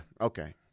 Okay